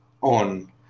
on